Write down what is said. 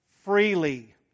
freely